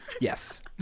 Yes